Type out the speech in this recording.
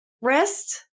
Rest